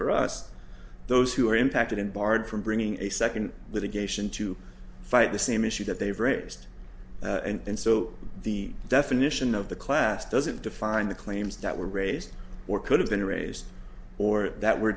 for us those who are impacted and barred from bringing a second litigation to fight the same issue that they've raised and so the definition of the class doesn't define the claims that were raised or could have been raised or that were